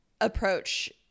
approach